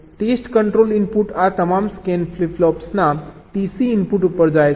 test control input આ તમામ scan flip ફ્લોપ્સના TC ઇનપુટ ઉપર જાય છે